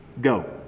go